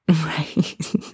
Right